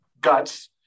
guts